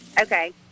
Okay